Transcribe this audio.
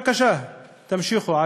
אז בבקשה, תמשיכו.